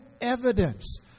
evidence